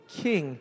king